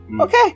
Okay